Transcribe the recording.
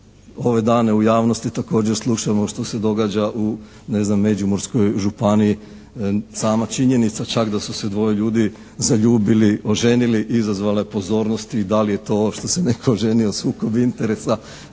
Ove dane u javnosti također slušamo što se događa u neznam Međimurskoj županiji. Sama činjenica čak da su se dvoje ljudi zaljubili, oženili, izazvala je pozornost i da li je to što se netko oženio sukob interesa.